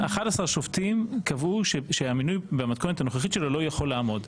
11 שופטים קבעו שהמינוי במתכונת הנוכחית שלו לא יכול לעמוד.